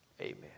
amen